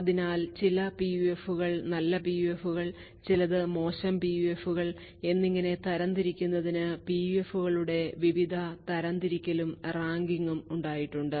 അതിനാൽ ചില PUF കൾ നല്ല PUFകൾ ചിലത് മോശം PUFകൾ എന്നിങ്ങനെ തിരിക്കുന്നതിന് PUFകളുടെ വിവിധ തരംതിരിക്കലും റാങ്കിംഗും ഉണ്ടായിട്ടുണ്ട്